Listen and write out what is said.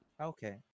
Okay